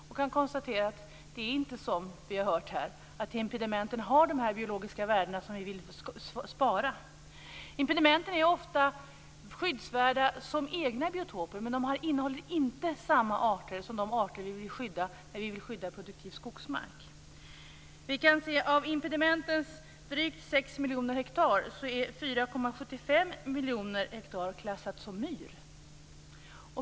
Jag kan konstatera att det inte är så som vi har hört här, att impedimenten har de biologiska värden som vi vill spara. Impedimenten är ofta skyddsvärda som egna biotoper, men de innehåller inte de arter som vi vill skydda när vi vill skydda produktiv skogsmark. 4,75 miljoner hektar klassat som myr.